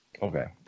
Okay